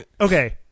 Okay